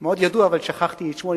מאוד ידוע אבל שכחתי את שמו,